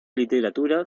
literatura